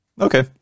okay